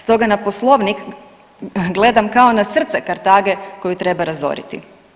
Stoga na Poslovnik gledam kao na srce kartage koju treba razoriti.